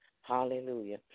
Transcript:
Hallelujah